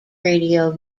radio